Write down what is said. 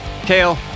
Kale